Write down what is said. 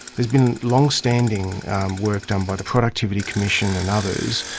there's been longstanding work done by the productivity commission and others,